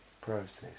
process